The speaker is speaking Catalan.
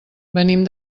venim